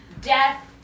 death